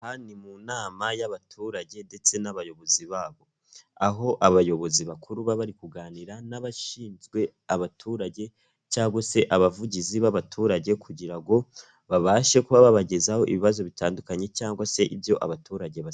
Aha ni mu nama y'abaturage ndetse n'abayobozi babo. Aho abayobozi bakuru baba bari kuganira n'abashinzwe abaturage cyangwa se abavugizi b'abaturage kugira ngo babashe kuba babagezaho ibibazo bitandukanye cyangwa se ibyo abaturage bakeneye.